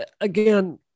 again